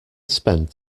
spend